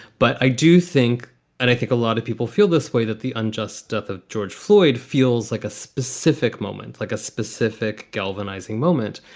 but i do think and i think a lot of people feel this way, that the unjust death of george floyd fuels like a specific moment, like a specific galvanizing moment.